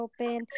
open